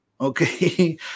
Okay